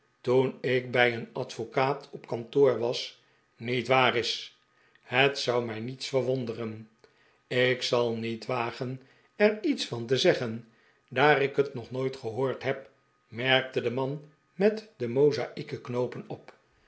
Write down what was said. toen ik bij een advocaat op kantoor was niet waar is het zou mij niets verwonderen ik zal niet wagen er iets van te zeggen daar ik het nog nooit gehoord heb merkte de man met de moza'ieke knoopen op